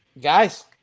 guys